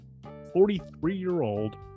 43-year-old